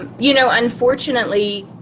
you know, unfortunately,